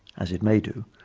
as it may do,